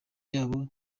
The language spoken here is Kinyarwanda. yabo